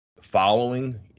following